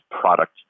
product